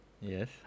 Yes